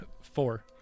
Four